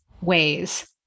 ways